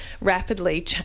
rapidly